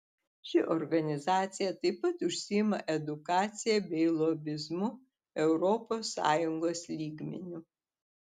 ši organizacija taip pat užsiima edukacija bei lobizmu europos sąjungos lygmeniu